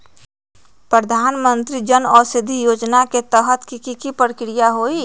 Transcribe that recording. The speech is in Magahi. प्रधानमंत्री जन औषधि योजना के तहत की की प्रक्रिया होई?